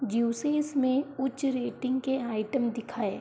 juices में उच्च rating के आइटम दिखाएँ